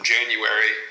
January